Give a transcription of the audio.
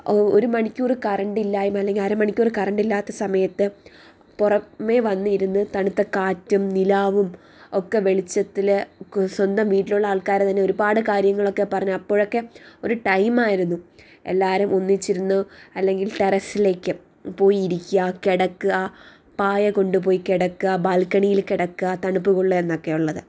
ഒരു മണിക്കൂറ് കറണ്ടില്ലായ്മ അല്ലെങ്കിൽ അര മണിക്കൂറ് കറണ്ടില്ലാത്ത സമയത്ത് പുറമെ വന്നിരുന്ന് തണുത്ത കാറ്റും നിലാവും ഒക്കെ വെളിച്ചത്തില് സ്വന്തം വീട്ടിലുള്ള ആൾക്കാരെ തന്നെ ഒരുപാട് കാര്യങ്ങളൊക്കെ പറഞ്ഞ് അപ്പോഴൊക്കെ ഒരു ടൈമായിരുന്നു എല്ലാവരും ഒന്നിച്ചിരുന്ന് അല്ലെങ്കിൽ ടെറസിലേക്ക് പോയി ഇരിക്കുക കിടക്കുക പായ കൊണ്ടുപോയി കിടക്കുക ബാൽക്കണിയിൽ കിടക്കുക തണുപ്പ് കൊള്ളുക എന്നൊക്കെ ഉള്ളത്